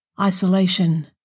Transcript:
isolation